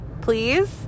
please